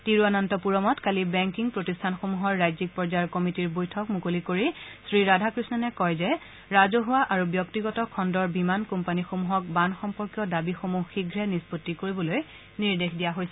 তিৰুৱনন্তপুৰমত কালি বেংকিং প্ৰতিষ্ঠানসমূহৰ ৰাজ্যিক পৰ্যায়ৰ কমিটিৰ বৈঠক মুকলি কৰি শ্ৰীৰাধাকৃষ্ণনে কয় যে ৰাজহুৱা আৰু ব্যক্তিগত খণ্ডৰ বিমান কোম্পানীসমূহক বান সম্পৰ্কীয় দাবীসমূহ শীঘ্ৰে নিষ্পণ্ডি কৰিবলৈ নিৰ্দেশ দিয়া হৈছে